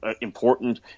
important